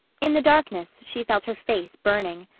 in the darkness she felt her face burning.